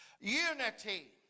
Unity